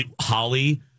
Holly